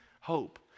hope